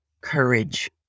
courage